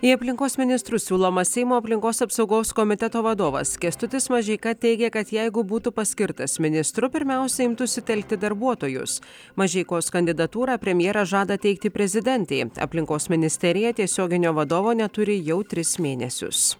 į aplinkos ministrus siūlomas seimo aplinkos apsaugos komiteto vadovas kęstutis mažeika teigė kad jeigu būtų paskirtas ministru pirmiausia imtųsi telkti darbuotojus mažeikos kandidatūrą premjeras žada teikti prezidentei aplinkos ministerija tiesioginio vadovo neturi jau tris mėnesius